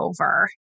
over